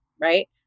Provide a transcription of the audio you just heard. right